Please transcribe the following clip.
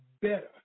better